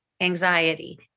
anxiety